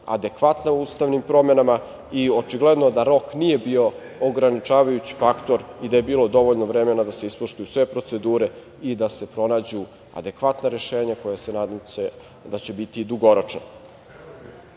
adekvatna ustavnim promenama i očigledno da rok nije bio ograničavajući faktor i da je bilo dovoljno vremena da se ispoštuju sve procedure i da se pronađu adekvatna rešenja koja će, nadam se, biti i